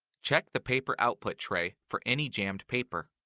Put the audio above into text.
check the paper output tray for any jammed paper.